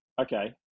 okay